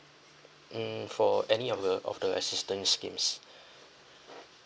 mm for any of uh of the assistance scheme